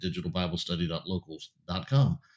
digitalbiblestudy.locals.com